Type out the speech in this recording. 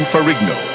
Ferrigno